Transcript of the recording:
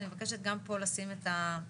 אני מבקשת גם פה לשים את הדגש,